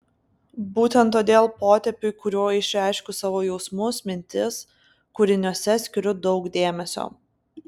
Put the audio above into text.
būtent todėl potėpiui kuriuo išreiškiu savo jausmus mintis kūriniuose skiriu daug dėmesio